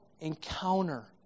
encounter